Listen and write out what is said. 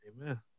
Amen